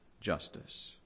justice